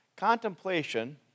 Contemplation